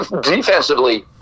defensively